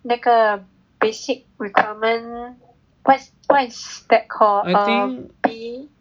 那个 basic requirement what's what's that calld M_P